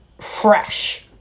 fresh